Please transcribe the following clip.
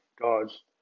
gods